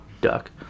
duck